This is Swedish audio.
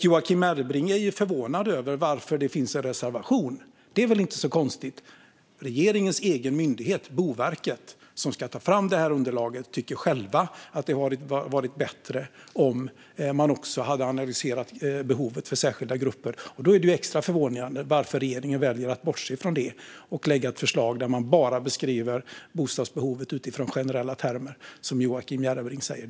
Joakim Järrebring är förvånad över att det finns en reservation, men det är väl inte så konstigt. Regeringens egen myndighet Boverket, som ska ta fram det här underlaget, tycker själv att det hade varit bättre om man också hade analyserat behovet bland särskilda grupper. Därför är det extra förvånande att regeringen väljer att bortse från det och lägga fram ett förslag där man bara beskriver bostadsbehovet utifrån generella termer, som Joakim Järrebring säger.